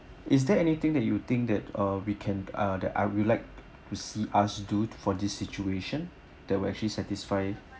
is there anything that you think that uh we can uh that ah would like to see us do for this situation that will actually satisfy